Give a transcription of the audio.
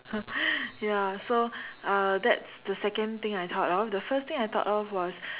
ya so uh that's the second thing I thought of the first thing I thought of was